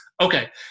Okay